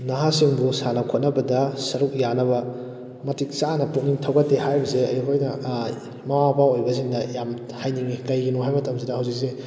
ꯅꯍꯥꯁꯤꯡꯕꯨ ꯁꯥꯟꯅ ꯈꯣꯠꯅꯕꯗ ꯁꯔꯨꯛ ꯌꯥꯅꯕ ꯃꯇꯤꯛ ꯆꯥꯅ ꯄꯨꯛꯅꯤꯡ ꯊꯧꯒꯠꯇꯦ ꯍꯥꯏꯔꯤꯕꯁꯦ ꯑꯩꯈꯣꯏꯅ ꯃꯃꯥ ꯃꯄꯥ ꯑꯣꯏꯕꯁꯤꯡꯗ ꯌꯥꯝ ꯍꯥꯏꯅꯤꯡꯏ ꯀꯔꯤꯒꯤꯅꯣ ꯍꯥꯏꯕ ꯃꯇꯝꯁꯤꯗ ꯍꯧꯖꯤꯛꯁꯦ